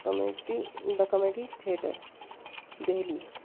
committee دا committee theatre Delhi